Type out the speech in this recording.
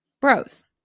bros